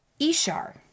Ishar